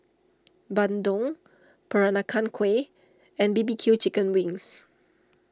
Bandung Peranakan Kueh and B B Q Chicken Wings